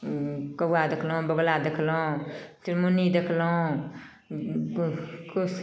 कौआ देखलहुँ बौगुला देखलहुँ चुनमुनी देखलहुँ